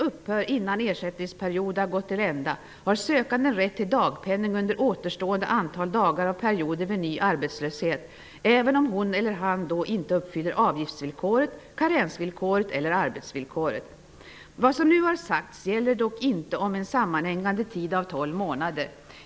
Eftersom vi ändå tycker att det är så viktigt att vi får en ny och allmän arbetslöshetsförsäkring accepterar vi under en mellanperiod en allmän försäkring som bygger på de nuvarande reglerna.